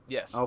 Yes